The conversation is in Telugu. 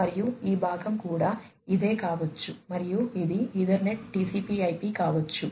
మరియు ఈ భాగం కూడా ఇదే కావచ్చు మరియు ఇది ఈథర్నెట్ TCP IP కావచ్చు